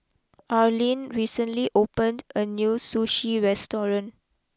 Arleen recently opened a new Sushi restaurant